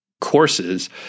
courses